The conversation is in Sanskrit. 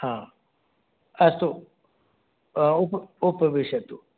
हा अस्तु उप उपविशतु